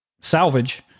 salvage